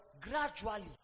gradually